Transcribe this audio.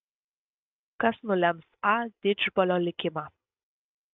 kas nulems a didžbalio likimą